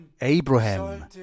Abraham